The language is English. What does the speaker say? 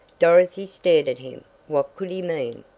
dorothy stared at him. what could he mean?